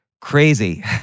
crazy